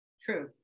True